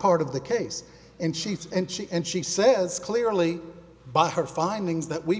part of the case and sheets and she and she says clearly by her findings that we